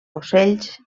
ocells